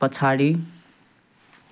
पछाडि